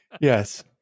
Yes